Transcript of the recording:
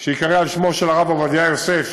שייקרא על שמו של הרב עובדיה יוסף.